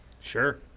Sure